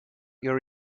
your